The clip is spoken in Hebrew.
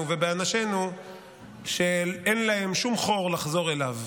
ובאנשינו שאין להם שום חור לחזור אליו,